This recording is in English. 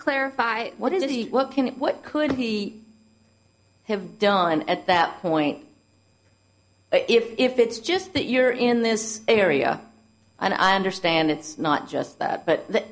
clarify what is he what can it what could he have done at that point if it's just that you're in this area and i understand it's not just that but